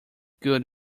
good